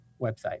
website